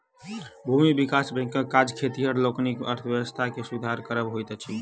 भूमि विकास बैंकक काज खेतिहर लोकनिक अर्थव्यवस्था के सुधार करब होइत अछि